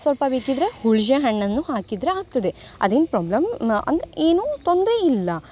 ಸ್ವಲ್ಪ ಬೇಕಿದ್ದರೆ ಹುಣ್ಸೆಹಣ್ಣನ್ನು ಹಾಕಿದರೆ ಆಗ್ತದೆ ಅದೇನು ಪ್ರಾಬ್ಲಮ್ ಅಂದರೆ ಏನೂ ತೊಂದರೆ ಇಲ್ಲ